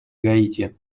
гаити